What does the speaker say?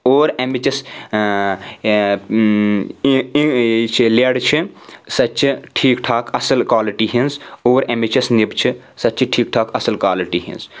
اور امِچ یۄس لَیڈ چھِ سہُ چھِ ٹھیٖک ٹھاک اصل کالٕٹِی ہِنٛز اور امِچ یۄس نِپ چھِ سہ چھِ ٹھیٖک ٹھاک اصل کالٕٹِی ہِنٛز